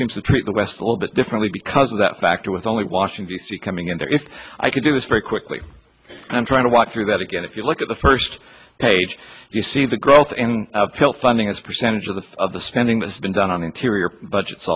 seems to treat the west a little bit differently because of that factor with only washington d c coming in there if i could do this very quickly and i'm trying to walk through that again if you look at the first page you see the growth and uphill funding as a percentage of the of the spending that's been done on interior budgets